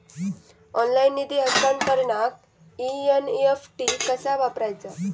Online निधी हस्तांतरणाक NEFT कसा वापरायचा?